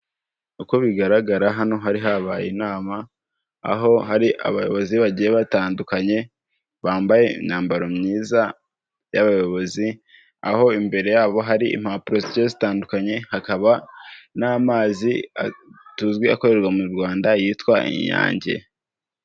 Uko bigaragara hano hari habaye inama, aho hari abayobozi bagiye batandukanye, bambaye imyambaro myiza y'abayobozi, aho imbere yabo hari impapuro zigiye zitandukanye, hakaba n'amazi tuzi akorerwa mu Rwanda yitwa inyange.